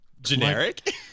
generic